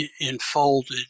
enfolded